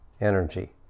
energy